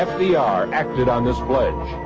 ah fdr acted on this pledge.